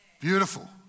Beautiful